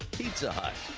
pizza hut.